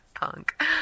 punk